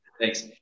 Thanks